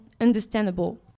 understandable